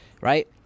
Right